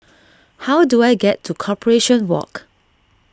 how do I get to Corporation Walk